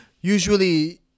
usually